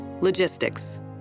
logistics